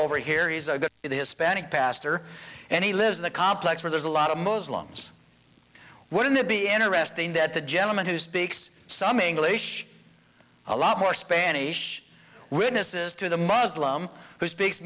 over here he's a good hispanic pastor and he lives in the complex where there's a lot of muslims wouldn't it be interesting that the gentleman who speaks some english a lot more spanish witnesses to the muslim who speaks